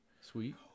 Sweet